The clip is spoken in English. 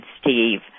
Steve